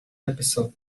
episode